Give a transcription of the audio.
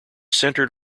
centered